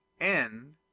End